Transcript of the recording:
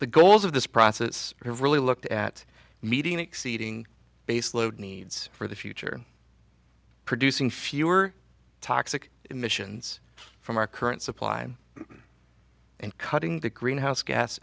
the goals of this process really looked at meeting exceeding baseload needs for the future producing fewer toxic emissions from our current supply and cutting the greenhouse gas